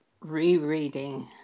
rereading